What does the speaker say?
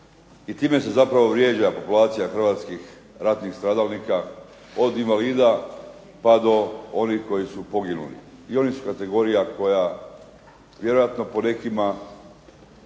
i time se zapravo vrijeđa populacija hrvatskih ratnih stradalnika, od invalida pa do onih koji su poginuli i oni su kategorija koja vjerojatno po nekima